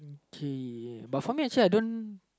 K but for me actually I don't